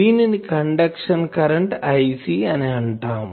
దీనిని conduction current Ic అని అంటాము